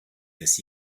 this